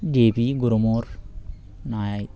DAP গুরমোর না হয়